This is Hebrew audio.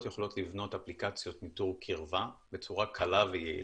יכולות לבנות אפליקציות ניטור קירבה בצורה קלה ויעילה.